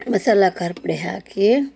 ಮಸಾಲ ಖಾರ ಪುಡಿ ಹಾಕಿ